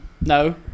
No